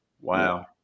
Wow